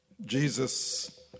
Jesus